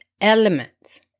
elements